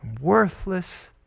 worthless